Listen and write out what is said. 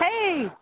Hey